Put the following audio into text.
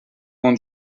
loin